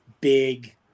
big